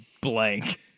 blank